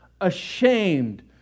ashamed